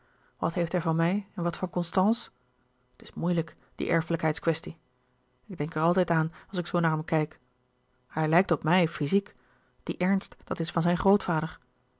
wat heeft hij van mij en wat van constance het is moeilijk die erfelijkheidskwestie ik denk er altijd aan als ik zoo louis couperus de boeken der kleine zielen naar hem kijk hij lijkt op mij fyziek die ernst dat is van zijn grootvader